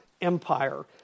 empire